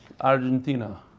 Argentina